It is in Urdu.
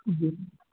جی